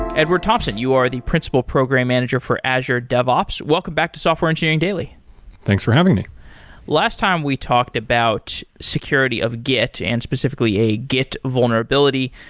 edward thomson, you are the principal program manager for azure devops. welcome back to software engineering daily thanks for having me last time, we talked about security of git and specifically a git vulnerability.